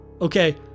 okay